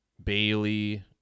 Bailey